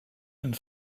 and